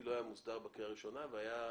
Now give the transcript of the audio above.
לא היה מוסדר בקריאה ראשונה וכן הייתה